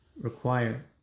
require